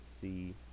see